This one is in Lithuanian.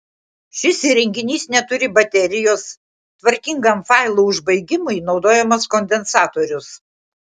šis įrenginys neturi baterijos tvarkingam failų užbaigimui naudojamas kondensatorius